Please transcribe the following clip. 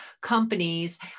companies